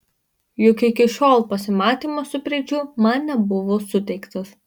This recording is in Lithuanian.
juk iki šiol pasimatymas su preidžiu man nebuvo suteiktas